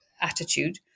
attitude